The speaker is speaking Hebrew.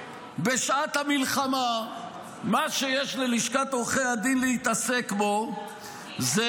בשעת המלחמה מה שיש ללשכת עורכי דין להתעסק בו זה